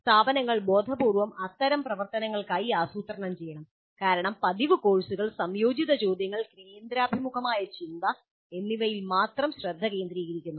സ്ഥാപനങ്ങൾ ബോധപൂർവ്വം അത്തരം പ്രവർത്തനങ്ങൾക്കായി ആസൂത്രണം ചെയ്യണം കാരണം പതിവ് കോഴ്സുകൾ സംയോജിത ചോദ്യങ്ങൾ കേന്ദ്രാഭിമുഖമായ ചിന്ത എന്നിവയിൽ മാത്രം ശ്രദ്ധ കേന്ദ്രീകരിക്കുന്നു